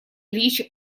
ильич